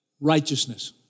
righteousness